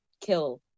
kill